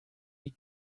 die